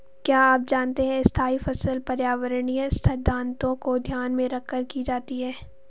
क्या आप जानते है स्थायी फसल पर्यावरणीय सिद्धान्तों को ध्यान में रखकर की जाती है?